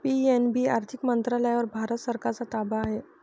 PNB आर्थिक मंत्रालयावर भारत सरकारचा ताबा आहे